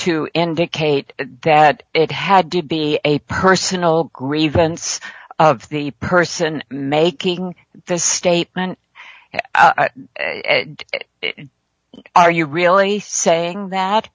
to indicate that it had to be a personal grievance of the person making the statement are you really saying that